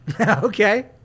Okay